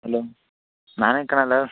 hello ನಾನೇ ಕಣೋಲೋ